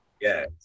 Yes